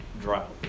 drought